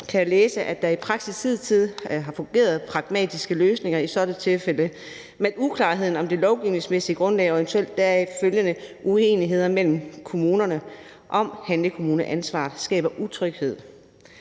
kan jeg læse, at der i praksis hidtil har fungeret pragmatiske løsninger i sådanne tilfælde, men uklarheden om det lovgivningsmæssige grundlag og eventuelt deraf følgende uenigheder mellem kommunerne om handlekommuneansvaret skaber utryghed.